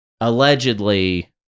allegedly